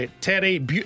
Terry